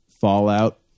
Fallout